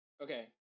Okay